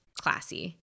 classy